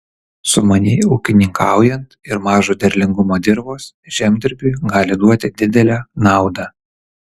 sumaniai ūkininkaujant ir mažo derlingumo dirvos žemdirbiui gali duoti didelę naudą